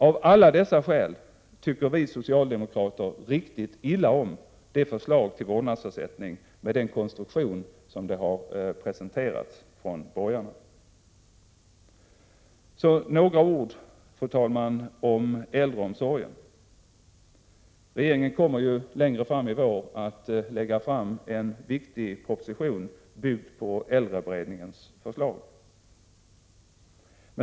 Av alla dessa skäl tycker vi socialdemokrater riktigt illa om det förslag till vårdnadsersättning med denna konstruktion som har presenterats från borgarna. Fru talman! Jag vill också säga några ord om äldreomsorgen. Regeringen kommer längre fram i vår att lägga fram en viktig proposition byggd på äldreberedningens förslag.